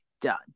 done